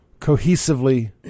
cohesively